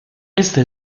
este